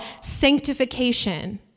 sanctification